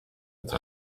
het